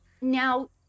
Now